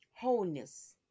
wholeness